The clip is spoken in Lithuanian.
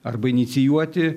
arba inicijuoti